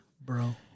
bro